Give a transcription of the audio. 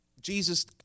Jesus